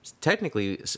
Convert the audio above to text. Technically